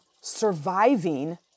surviving